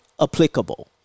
applicable